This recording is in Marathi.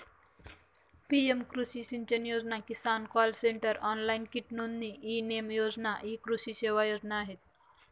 पी.एम कृषी सिंचन योजना, किसान कॉल सेंटर, ऑनलाइन कीट नोंदणी, ई नेम योजना इ कृषी योजना आहेत